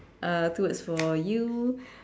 uh two words for you